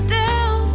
down